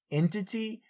entity